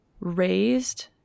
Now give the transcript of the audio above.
raised